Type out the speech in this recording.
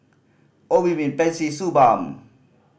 Obimin Pansy Suu Balm